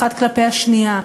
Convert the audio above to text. האחת כלפי השנייה.